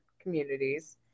communities